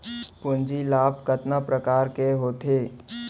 पूंजी लाभ कतना प्रकार के होथे?